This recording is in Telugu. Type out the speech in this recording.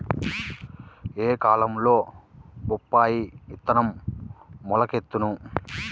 ఏ కాలంలో బొప్పాయి విత్తనం మొలకెత్తును?